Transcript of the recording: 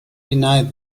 deny